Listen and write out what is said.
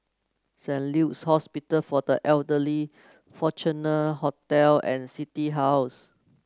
Saint Luke's Hospital for the Elderly Fortuna Hotel and City House